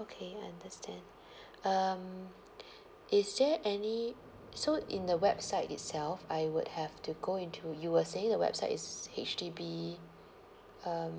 okay understand um is there any so in the website itself I would have to go into you were saying the website is H_D_B um